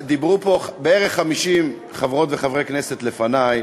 דיברו פה בערך 50 חברות וחברי כנסת לפני,